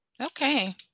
Okay